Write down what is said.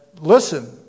listen